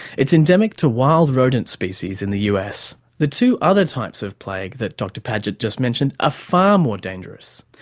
it's endemic to wild rodent species in the us. the two other types of plague that dr padgett just mentioned are ah far more dangerous.